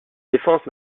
défense